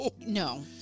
No